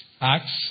Acts